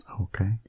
Okay